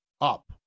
up